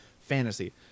fantasy